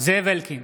זאב אלקין,